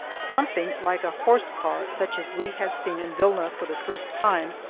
something like a horse-car such as we had seen in vilna for the first time,